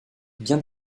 bien